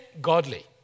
godly